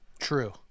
True